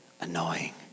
annoying